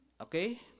okay